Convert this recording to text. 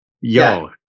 yo